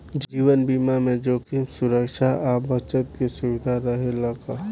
जीवन बीमा में जोखिम सुरक्षा आ बचत के सुविधा रहेला का?